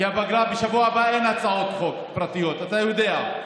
בשבוע הבא אין הצעות חוק פרטיות, אתה יודע,